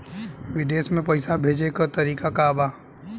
विदेश में पैसा भेजे के तरीका का बा?